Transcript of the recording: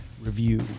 review